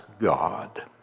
God